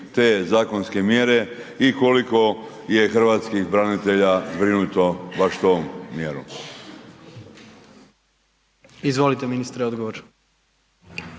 te zakonske mjere i koliko je hrvatskih branitelja zbrinuto baš tom mjerom?